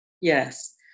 Yes